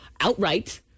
outright